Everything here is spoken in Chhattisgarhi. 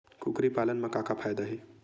कुकरी पालन म का फ़ायदा हे?